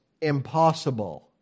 impossible